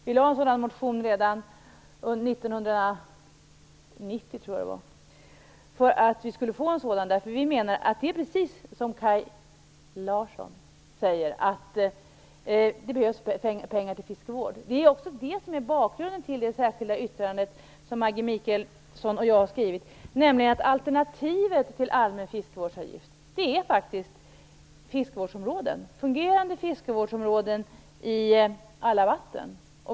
Vi väckte en sådan motion redan 1990, tror jag det var, för att vi skulle få en avgift. Vi menar, precis som Kaj Larsson säger, att det behövs pengar till fiskevård. Det är också bakgrunden till det särskilda yttrande som Maggi Mikaelsson och jag har skrivit. Alternativet till allmän fiskevårdsavgift är faktiskt fungerande fiskevårdsområden i alla vatten.